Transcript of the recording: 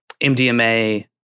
MDMA